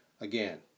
Again